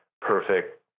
perfect